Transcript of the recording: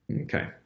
Okay